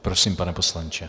Prosím, pane poslanče.